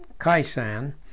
Kaisan